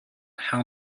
how